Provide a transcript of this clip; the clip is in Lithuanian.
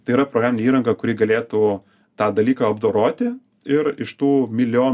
tai yra programinė įranga kuri galėtų tą dalyką apdoroti ir iš tų milijonų